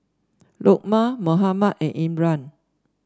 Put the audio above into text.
Lukman Muhammad and Imran